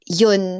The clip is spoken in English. yun